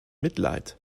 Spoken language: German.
mitleid